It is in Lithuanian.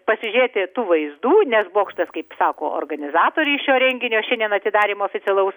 pasiūrėti tų vaizdų nes bokštas kaip sako organizatoriai šio renginio šiandien atidarymo oficialaus